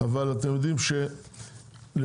אתם יודעים שלפי